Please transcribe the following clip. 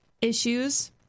issues